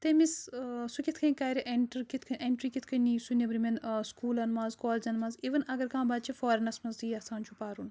تٔمِس ٲں سُہ کِتھ کٔنۍ کَرِ ایٚنٹر کِتھ کٔنۍ ایٚنٹرٛی کِتھ کٔنۍ نِی سُہ نیٚبرِمیٚن ٲں سکوٗلَن منٛز کالجَن منٛز اِوٕن اگر کانٛہہ بَچہِ فاریٚنَس منٛز تہِ یَژھان چھُ پَرُن